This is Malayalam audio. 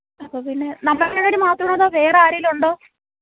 അപ്പോൾ പിന്നെ നമ്മൾ രണ്ട് പേരും മാത്രമാണോ അതോ വേറെ ആരെങ്കിലും ഉണ്ടോ